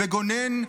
גונן,